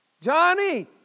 Johnny